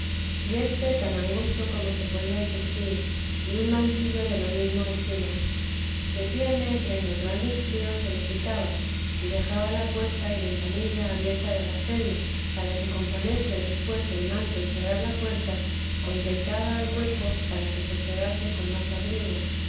y éste tan angosto como se podía sufrir y un mantillo de lo mesmo encima decíame que en los grandes fríos se le quitaba y dejaba la puerta y ventanilla abierta de la celda para que con ponerse después el manto y cerrar la puerta contentaba al cuerpo para que sosegase con más abrigo